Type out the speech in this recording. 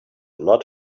not